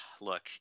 look